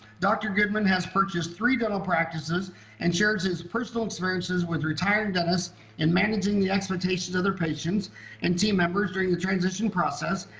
dr. goodman has purchased three dental practices and shares his personal experiences with retired dentists and managing the expectations of their patients and team members during the transition process.